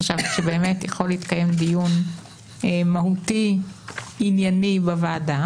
וחשבתי שבאמת יכול להתקיים דיון מהותי וענייני בוועדה